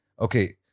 okay